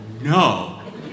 no